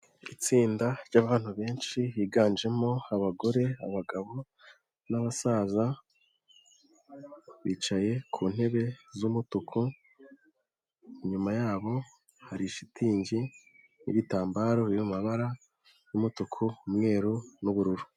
Itsinda ry'abantu benshi biganjemo abagore, abagabo n'abasaza, bicaye ku ntebe z'umutuku. Inyuma yabo hari shitingi n'ibitambaro biri mu mabara umutuku, umweru n'ubururu.